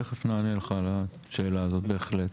תכף נענה לך על השאלה הזאת, בהחלט.